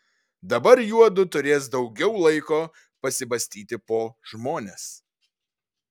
dabar juodu turės daugiau laiko pasibastyti po žmones